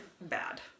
bad